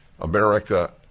America